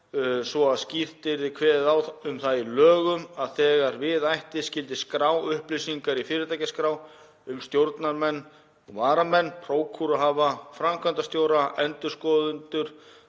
svo að skýrt yrði kveðið á um það í lögunum að þegar við ætti skyldi skrá upplýsingar í fyrirtækjaskrá um stjórnarmenn og varamenn, prókúruhafa, framkvæmdastjóra, endurskoðendur